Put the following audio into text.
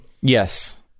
Yes